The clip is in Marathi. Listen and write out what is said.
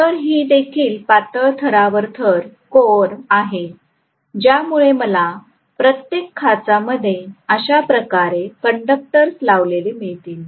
तर ही देखील पातळ थरावर थर कोअर आहे ज्यामुळे मला प्रत्येक खाचामध्ये अशाप्रकारे कंडक्टर्स लावलेले मिळतील